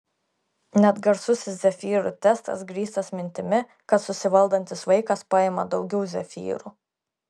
net garsusis zefyrų testas grįstas mintimi kad susivaldantis vaikas paima daugiau zefyrų